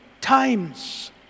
times